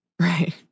Right